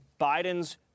Biden's